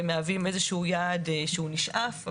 והם מהווים איזה שהוא יעד שהוא נשאף,